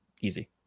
Easy